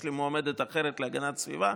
יש לי מועמדת אחרת להגנת הסביבה,